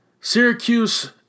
syracuse